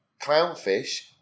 clownfish